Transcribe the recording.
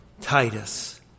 Titus